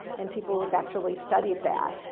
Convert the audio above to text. and people have actually studied that.